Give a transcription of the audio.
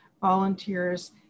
volunteers